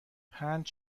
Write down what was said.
پنج